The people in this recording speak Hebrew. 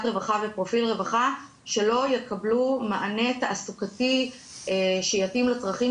רווחה בפרופיל רווחה שלא יקבלו מענה תעסוקתי שיתאים לצרכים